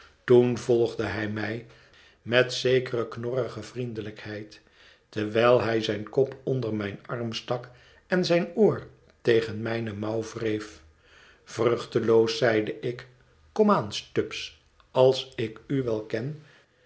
toen volgde hij mij met zekere knorrige vriendelijkheid terwijl hij zijn kop onder mijn arm stak en zijn oor tegen mijne mouw wreef vruchteloos zeide ik kom aan stubbs als ik u wel ken